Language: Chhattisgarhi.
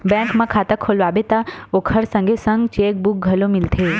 बेंक म खाता खोलवाबे त ओखर संगे संग चेकबूक घलो मिलथे